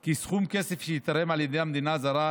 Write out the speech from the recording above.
כי סכום כסף שייתרם על ידי מדינה זרה